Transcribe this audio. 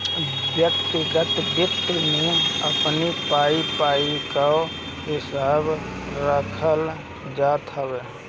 व्यक्तिगत वित्त में अपनी पाई पाई कअ हिसाब रखल जात हवे